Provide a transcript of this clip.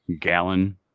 gallon